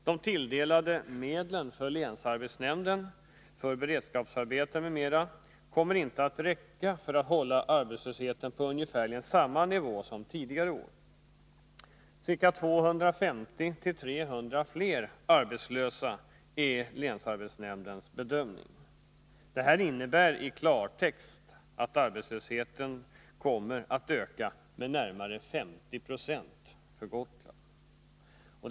De tilldelade medlen för länsarbetsnämnden för beredskapsarbeten m.m. kommer inte att räcka för Om arbetslösheten att hålla arbetslösheten på ungefärligen samma nivå som tidigare år. Ca på Gotland 250-300 fler arbetslösa är länsarbetsnämndens bedömning. Detta innebär i klartext att arbetslösheten kommer att öka med närmare 50 96 för Gotland.